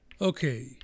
Okay